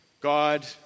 God